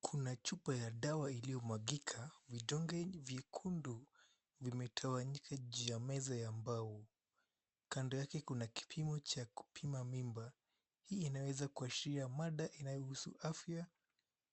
Kuna chupa ya dawa iliyomwagika vidonge vyekundu vimetawanyika juu ya meza ya mbao. Kando yake kuna kipimo cha kupima mimba. Hii inaweza kuashiria mada inayohusu afya